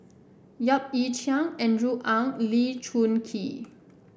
Yap Ee Chian Andrew Ang and Lee Choon Kee